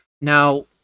Now